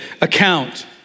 account